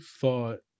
thought